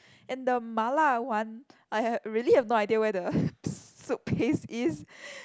and the Mala one I had really have no idea where the soup paste is